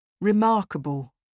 Remarkable